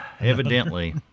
evidently